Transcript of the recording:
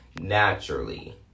naturally